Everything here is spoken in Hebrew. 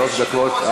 שלוש דקות.